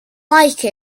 like